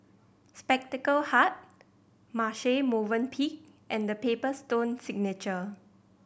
Spectacle Hut Marche Movenpick and The Paper Stone Signature